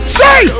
say